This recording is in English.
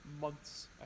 months